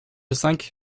cinq